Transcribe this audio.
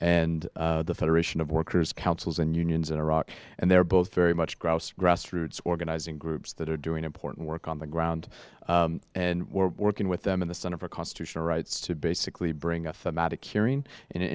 and the federation of workers councils and unions in iraq and they're both very much groused grassroots organizing groups that are doing important work on the ground and we're working with them in the center for constitutional rights to basically bring